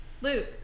luke